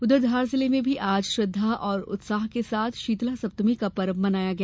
उधर धार जिले में भी आज श्रद्वा और उत्साह के साथ शीतला सप्तमी का पर्व मनाया गया